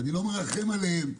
אני לא מרחם עליהן,